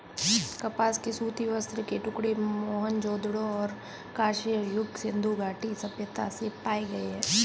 कपास के सूती वस्त्र के टुकड़े मोहनजोदड़ो और कांस्य युग सिंधु घाटी सभ्यता से पाए गए है